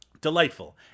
delightful